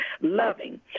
loving